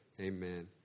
amen